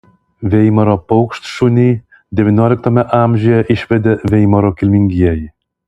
veimaro paukštšunį devynioliktajame amžiuje išvedė veimaro kilmingieji